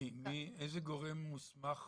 איזה גורם מוסמך